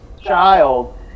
child